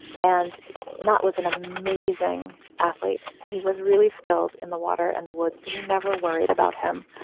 and matt was an amazing athlete. he was really skilled in the water and the woods. so we never worried about him